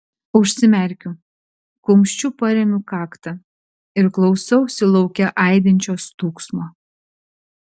užsimerkiu kumščiu paremiu kaktą ir klausausi lauke aidinčio stūgsmo